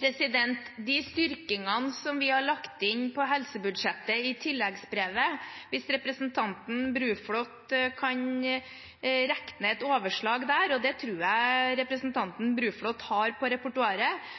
De styrkingene vi har lagt inn på helsebudsjettet i tilleggsbrevet, hvis representanten Bruflot kan gjøre et overslag der, og det tror jeg representanten Bruflot har på repertoaret,